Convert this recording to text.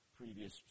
previous